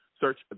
Search